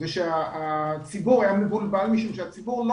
זה שהציבור היה מבולבל משום שהציבור לא